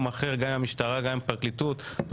המשטרה והפרקליטות נמצאים היום במקום אחר.